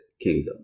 kingdom